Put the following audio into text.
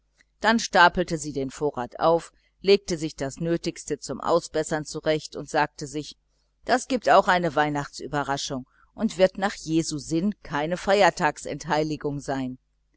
dann stapelte sie den vorrat auf legte sich das nötige zum ausbessern zurecht und sagte sich das gibt auch eine weihnachtsüberraschung und wird nach jesu sinn keine feiertags entheiligung sein